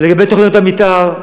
לגבי תוכניות המתאר,